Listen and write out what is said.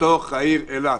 בתוך העיר אילת.